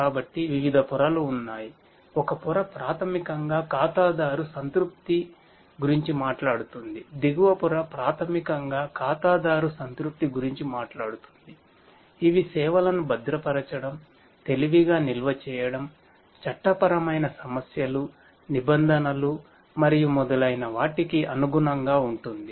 కాబట్టి వివిధ పొరలు ఉన్నాయి ఒక పొర ప్రాథమికంగా ఖాతాదారు సంతృప్తి గురించి మాట్లాడుతుంది దిగువ పొర ప్రాథమికంగా ఖాతాదారు సంతృప్తి గురించి మాట్లాడుతుంది ఇది సేవలను భద్రపరచడం తెలివిగా నిల్వ చేయడం చట్టపరమైన సమస్యలు నిబంధనలు మరియు మొదలైన వాటికి అనుగుణంగా ఉంటుంది